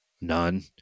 none